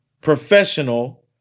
professional